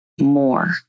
more